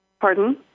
Pardon